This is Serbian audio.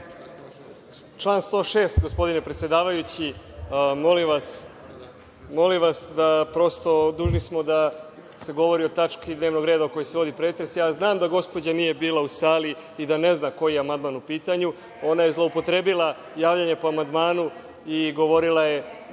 Član 106. gospodine predsedavajući. Molim vas da prosto, dužni smo da se govori o tački dnevnog reda o kojoj se vodi pretres. Ja znam da gospođa nije bila u sali i da ne zna koji je amandman u pitanju. Ona je zloupotrebila javljanje po amandmanu i govorila je